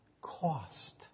cost